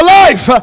life